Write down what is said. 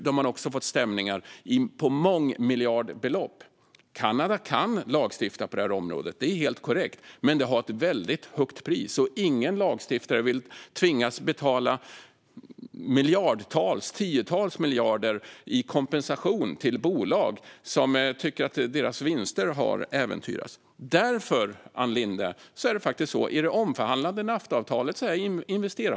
Då har man också fått stämningar på mångmiljardbelopp. Kanada kan lagstifta på området. Det är helt korrekt. Men det har ett väldigt högt pris. Ingen lagstiftare vill tvingas betala tiotals miljarder i kompensation till bolag som tycker att deras vinster har äventyrats. Därför, Ann Linde, är investerarskyddet borttaget i det omförhandlade Naftaavtalet.